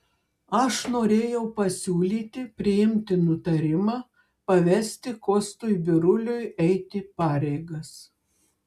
aš norėjau pasiūlyti priimti nutarimą pavesti kostui biruliui eiti pareigas